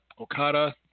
Okada